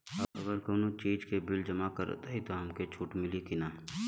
अगर कउनो चीज़ के बिल जमा करत हई तब हमके छूट मिली कि ना?